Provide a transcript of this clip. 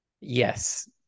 Yes